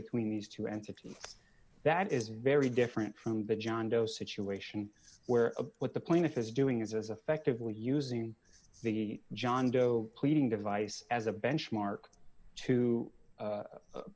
between these two entities that is very different from the john doe situation where a what the plaintiff is doing is as affective when using the john doe pleading device as a benchmark to